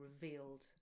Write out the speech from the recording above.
revealed